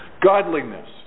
Godliness